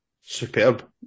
superb